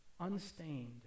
unstained